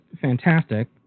fantastic